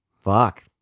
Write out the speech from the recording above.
Fuck